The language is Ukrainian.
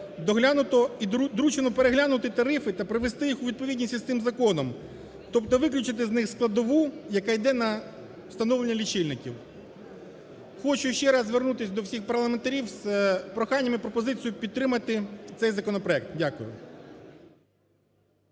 доглянуто… доручено переглянути тарифи та привести їх у відповідність із цим законом, тобто виключити з них складову, яка йде на встановлення лічильників. Хочу ще раз звернутися до всіх парламентарів з проханням і пропозицією підтримати цей законопроект. Дякую.